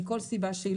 מכל סיבה שהיא,